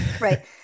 right